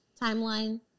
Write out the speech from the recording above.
timeline